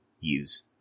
use